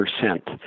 percent